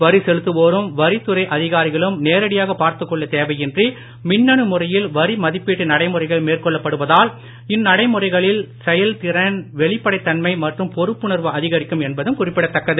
வரி செலுத்துவோரும் வரித் துறை அதிகாரிகளும் நேரடியாகப் பார்த்துக் கொள்ள தேவையின்றி மின்னணு முறையில் வரி மதிப்பீட்டு நடைமுறைகள் மேற்கொள்ளப்படுவதால் இந்நடைமுறைகளில் வெளிப்படைத் தன்மை மற்றும் பொறுப்புணர்வு அதிகரிக்கும் என்பதும் குறிப்பிடத்தக்கது